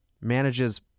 manages